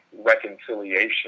reconciliation